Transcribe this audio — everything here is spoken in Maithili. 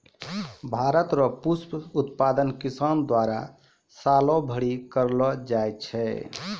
भारत रो पुष्प उत्पादन किसान द्वारा सालो भरी करलो जाय छै